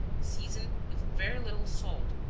season with very little salt,